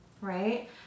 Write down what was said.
right